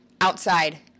outside